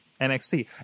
NXT